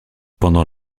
pendant